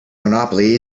monopoly